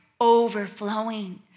overflowing